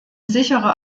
sichere